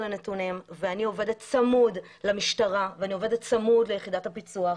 אני עובדת צמוד למשטרה וליחידת הפיצו"ח,